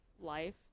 life